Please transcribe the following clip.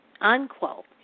unquote